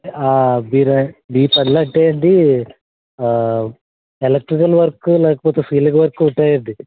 ఆ మీరే మీ పనులంటే అండి ఎలక్ట్రికల్ వర్క్ లేకపోతే సీలింగ్ వర్క్ ఏ ఉంటాయండి